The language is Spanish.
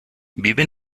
vive